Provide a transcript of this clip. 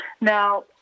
Now